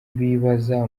bibaza